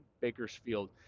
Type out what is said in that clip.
Bakersfield